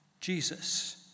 Jesus